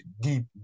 deep